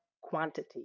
quantity